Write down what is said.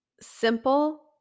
simple